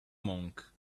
monk